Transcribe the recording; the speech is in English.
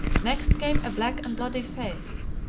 next came a black and bloody face,